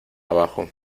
abajo